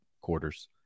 quarters